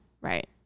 Right